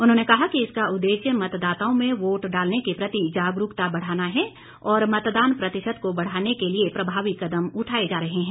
उन्होंने कहा कि इसका उद्देश्य मतदाताओं में वोट डालने के प्रति जागरूकता बढ़ाना है और मतदान प्रतिशत को बढ़ाने के लिए प्रभावी कदम उठाए जा रहे हैं